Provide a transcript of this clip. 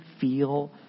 feel